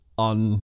On